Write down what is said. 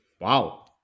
wow